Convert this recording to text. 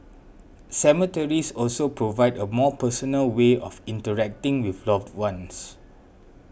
cemeteries also provide a more personal way of interacting with loved ones